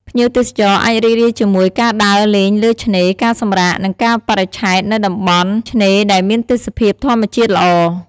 ភ្ញៀវទេសចរអាចរីករាយជាមួយការដើរលេងលើឆ្នេរ ការសម្រាក និងការបរិច្ឆេទនៅតំបន់ឆ្នេរដែលមានទេសភាពធម្មជាតិល្អ។